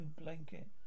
blanket